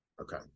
okay